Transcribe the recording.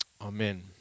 Amen